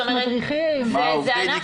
זאת אומרת, זה ענף שלם.